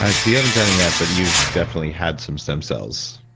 um so you haven't done any yet, but you've definitely had some stem cells?